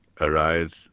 arise